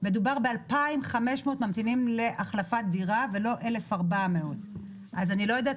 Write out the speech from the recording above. מדובר ב-2,500 ממתינים להחלפת דירה ולא 1,400. אני לא יודעת